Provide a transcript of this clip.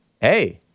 Hey